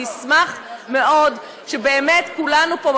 אני אשמח מאוד שכולנו פה,